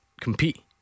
compete